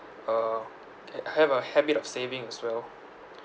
uh h~ have a habit of saving as well